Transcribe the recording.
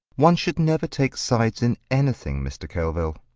one should never take sides in anything, mr. kelvil.